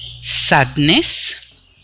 sadness